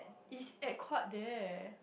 it's at quad there